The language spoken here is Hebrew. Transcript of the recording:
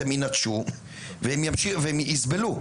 הם יינטשו והם יסבלו.